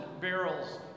barrels